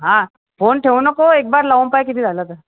हा फोन ठेवू नको एक बार लावून पहा किती झाला तर